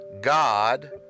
God